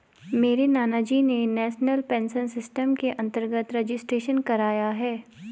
मेरे नानाजी ने नेशनल पेंशन सिस्टम के अंतर्गत रजिस्ट्रेशन कराया है